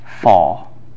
Fall